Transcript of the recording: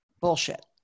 bullshit